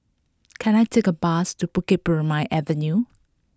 can I take a bus to Bukit Purmei Avenue